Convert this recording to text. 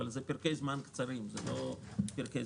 אבל זה פרקי זמן קצרים ולא משמעותיים.